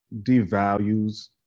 devalues